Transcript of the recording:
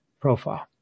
profile